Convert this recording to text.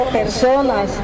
personas